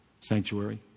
sanctuary